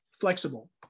Flexible